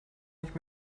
nicht